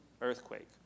earthquake